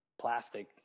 plastic